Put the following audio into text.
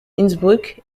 innsbruck